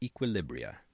equilibria